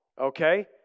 okay